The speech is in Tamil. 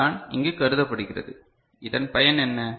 இதுதான் இங்கு கருதப்படுகிறது இதன் பயன் என்ன